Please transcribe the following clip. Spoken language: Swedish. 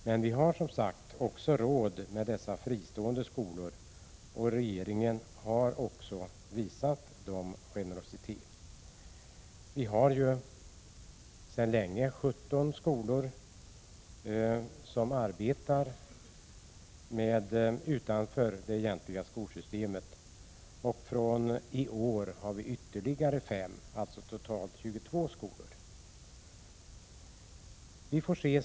Men vi har som sagt också råd med dessa skolor, och regeringen har varit generös mot dem. Fru talman! Sedan länge finns 17 skolor som arbetar utanför det egentliga skolsystemet och fr.o.m. i år har ytterligare 5 tillkommit. Det gör att det nu finns totalt 22 stycken.